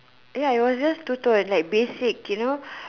ya it was just two tone like basic you know